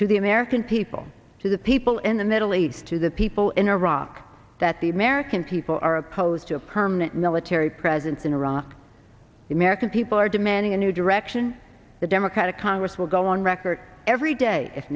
to the american people to the people in the only to the people in iraq that the american people are opposed to a permanent military presence in iraq the american people are demanding a new direction the democratic congress will go on record every day if